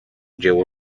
dzieło